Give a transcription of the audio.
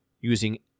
using